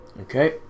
Okay